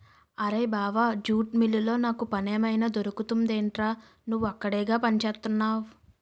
అరేయ్ బావా జూట్ మిల్లులో నాకు పనేమైనా దొరుకుతుందెట్రా? నువ్వక్కడేగా పనిచేత్తున్నవు